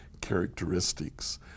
characteristics